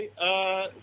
Okay